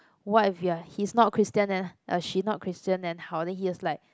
what if you're he's not Christian then uh she not Christian then how then he was like